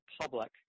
public